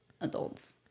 adults